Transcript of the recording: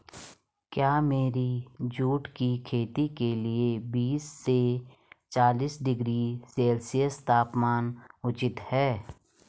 क्या मेरी जूट की खेती के लिए बीस से चालीस डिग्री सेल्सियस तापमान उचित है?